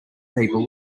people